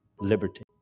liberty